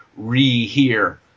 rehear